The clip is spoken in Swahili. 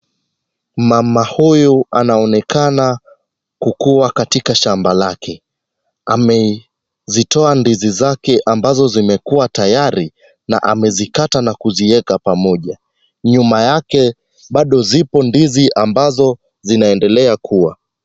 Mama huyu anaonekana kukuwa katika shamba lake, amezitoa ndizi zake ambazo zimekua tayari . Amezikata na kuzieka pamoja. Nyuma yake bado zipo ndizi ambazo zinaendelea Kua.